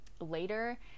later